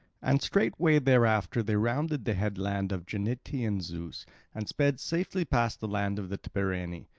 and straightway thereafter they rounded the headland of genetaean zeus and sped safely past the land of the tibareni.